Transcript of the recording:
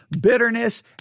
bitterness